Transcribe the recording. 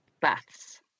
Baths